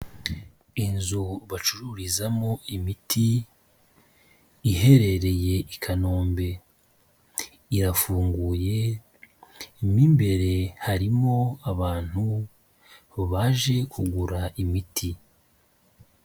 Inzu bacururizamo imiti, iherereye i Kanombe, irafunguye mo imbere harimo abantu baje kugura imiti.